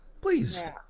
Please